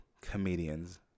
comedians